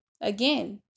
again